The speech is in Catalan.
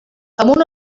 amb